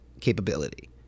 capability